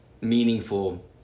meaningful